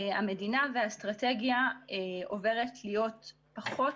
המדינה והאסטרטגיה עוברות להיות פחות